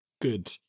good